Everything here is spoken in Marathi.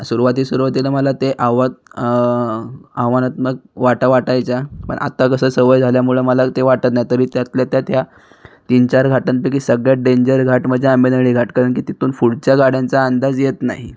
सुरवाती सुरवातीला मला ते आव्हा आव्हानात्मक वाटा वाटायच्या पण आता कसं सवय झाल्यामुळं मला ते वाटत नाही तरी त्यातल्या त्यात या तीन चार घाटापैकी सगळ्यात डेंजर घाट म्हणजे आंंबेनळी घाट कारण तिथून पुढच्या गाड्यांचा अंदाज येत नाही